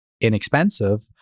inexpensive